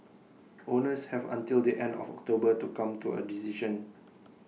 owners have until the end of October to come to A decision